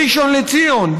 בראשון לציון,